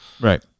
Right